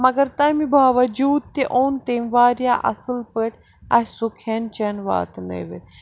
مگر تَمہِ باوَجوٗد تہِ اوٚن تٔمۍ وارِیاہ اصٕل پٲٹھۍ اَسہِ سُہ کھٮ۪ن چٮ۪ن واتہٕ نٲوِتھ